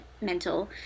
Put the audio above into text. mental